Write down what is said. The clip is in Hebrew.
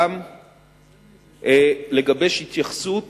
גם לגבש התייחסות